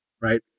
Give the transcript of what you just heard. right